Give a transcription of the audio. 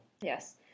Yes